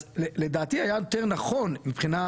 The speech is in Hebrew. אז לדעתי היה יותר נכון מבחינה